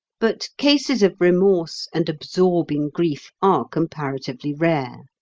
but cases of remorse and absorbing grief are comparatively rare.